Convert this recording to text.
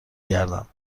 گردم